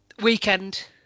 weekend